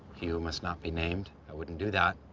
he who must not be named. i wouldn't do that.